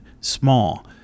small